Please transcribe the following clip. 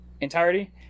entirety